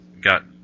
got